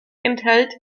enthält